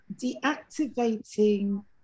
deactivating